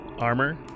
armor